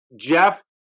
Jeff